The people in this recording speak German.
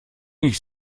ich